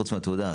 חוץ מהתעודה,